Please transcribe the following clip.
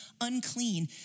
unclean